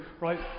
right